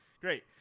Great